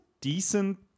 decent